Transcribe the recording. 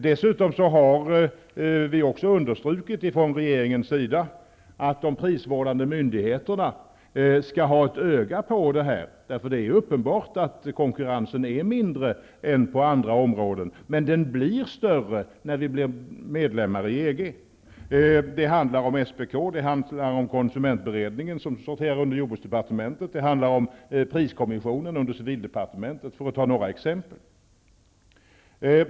Dessutom har vi från regeringens sida understrukit att de prisvårdande myndigheterna skall ha ett öga på det här -- det är uppenbart att konkurrensen är mindre här än på andra områden, men den blir större när vi blir medlemmar i EG. Det handlar om SPK, det handlar om konsumentberedningen, som sorterar under jordbruksdepartementet, och det handlar om priskommissionen under civildepartementet, för att ta några exempel.